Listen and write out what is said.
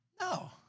No